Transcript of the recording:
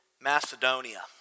Macedonia